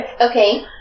Okay